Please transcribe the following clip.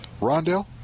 Rondell